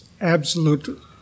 absolute